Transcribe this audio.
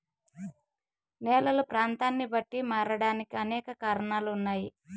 నేలలు ప్రాంతాన్ని బట్టి మారడానికి అనేక కారణాలు ఉన్నాయి